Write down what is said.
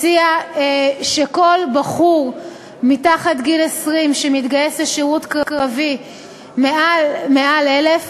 הציע שכל בחור מתחת לגיל 20 שמתגייס לשירות קרבי מעל 1,000,